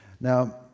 Now